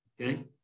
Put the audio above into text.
okay